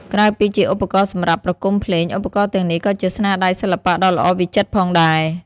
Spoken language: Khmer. ក្រៅពីជាឧបករណ៍សម្រាប់ប្រគំភ្លេង ឧបករណ៍ទាំងនេះក៏ជាស្នាដៃសិល្បៈដ៏ល្អវិចិត្រផងដែរ។